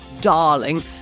darling